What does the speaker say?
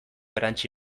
erantsi